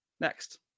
next